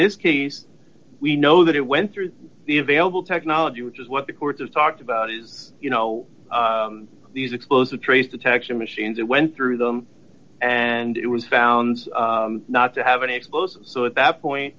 this case we know that it went through the available technology which is what the court has talked about is you know these explosive trace detection machines that went through them and it was found not to have any explosives so at that point